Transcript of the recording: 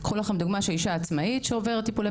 קחו לכם דוגמה של אישה עצמאית שעוברת טיפולי